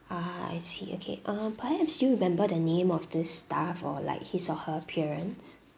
ah I see okay um perhaps do you remember the name of this staff or like his or her appearance